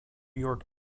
york